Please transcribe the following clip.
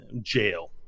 jail